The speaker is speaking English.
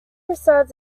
resides